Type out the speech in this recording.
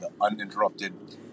uninterrupted